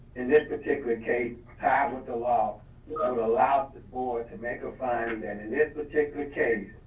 in this particular case tagged with the law that um allows this board to make a finding and in this particular case,